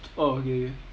oh okay